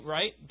Right